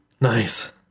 nice